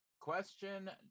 Question